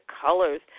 colors